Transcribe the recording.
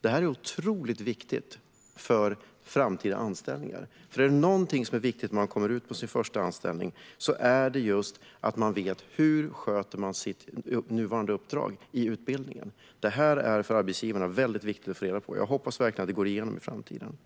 Detta är otroligt viktigt för framtida anställningar. För är det någonting som är viktigt när elever kommer ut på sin första anställning är det just att man vet hur de sköter sitt nuvarande uppdrag i utbildningen. Detta är för arbetsgivarna väldigt viktigt att få reda på. Jag hoppas verkligen att det går igenom i framtiden.